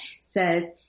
says –